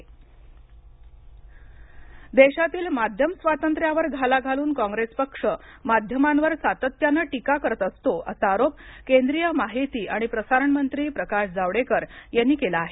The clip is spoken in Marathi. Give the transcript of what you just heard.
जावडेकर देशातील माध्यमस्वातंत्र्यावर घाला घालून कॉंग्रेस पक्ष माध्यमांवर सातत्याने टीका करत असतो असा आरोप केंद्रीय माहिती आणि प्रसारण मंत्री प्रकाश जावडेकर यांनी केला आहे